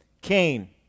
Cain